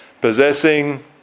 possessing